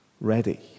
ready